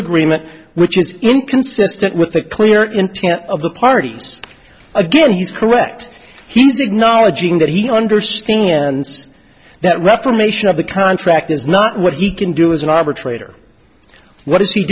agreement which is inconsistent with the clear intent of the parties again he's correct he's acknowledging that he understands that reformation of the contract is not what he can do as an arbitrator what does he